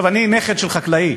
אני נכד של חקלאי,